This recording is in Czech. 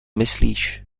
myslíš